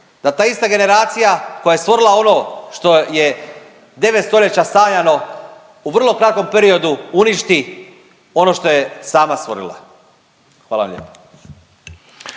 Da ta ista generacija koja je stvorila ono što je 9 stoljeća sanjano u vrlo kratkom periodu uništi ono što je sama stvorila. Hvala lijepo.